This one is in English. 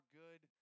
good